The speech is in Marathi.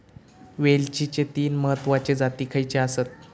वेलचीचे तीन महत्वाचे जाती खयचे आसत?